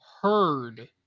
heard